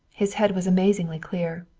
his head was amazingly clear.